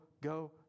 go